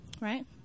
right